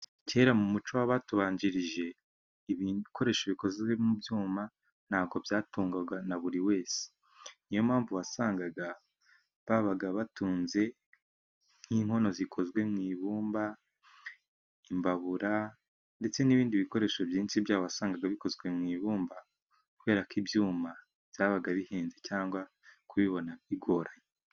Kera mu muco w'abatubanjirije, ibikoresho bikozwe mu byuma ntabwo byatungwaga na buri wese, ni yo mpamvu wasangaga babaga batunze nk'inkono zikozwe mu ibumba, imbabura ndetse n'ibindi bikoresho byinshi byabo wasangaga bikozwe mu ibumba, kubera ko ibyuma byabaga bihenze cyangwa kubibona bigoranye.